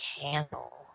candle